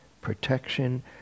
protection